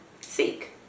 seek